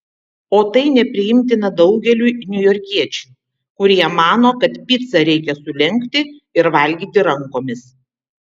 o tai nepriimtina daugeliui niujorkiečių kurie mano kad picą reikia sulenkti ir valgyti rankomis